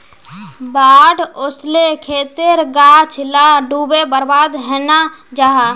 बाढ़ ओस्ले खेतेर गाछ ला डूबे बर्बाद हैनं जाहा